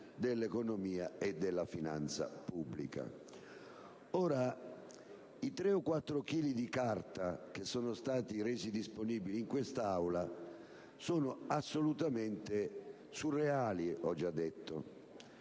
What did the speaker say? dell'economia e della finanza pubblica. Ora, i tre o quattro chili di carta che sono stati resi disponibili in quest'Aula sono assolutamente surreali, come ho